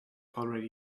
already